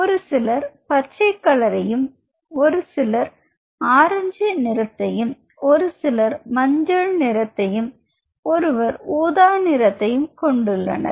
ஒரு சிலர் பச்சை கலரையும் ஒரு சிலர் ஆரஞ்சு நிறத்தையும் ஒரு சிலர் மஞ்சள் நிறத்தையும் ஒருவர் ஊதா நிறத்தையும் கொண்டுள்ளனர்